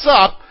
up